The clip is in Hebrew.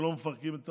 שלא מפרקים שם את